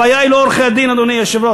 הבעיה היא לא עורכי-הדין, אדוני היושב-ראש,